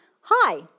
Hi